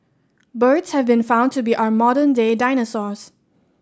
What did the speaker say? birds have been found to be our modern day dinosaurs